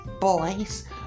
boys